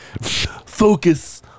focus